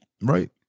Right